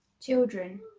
Children